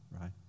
right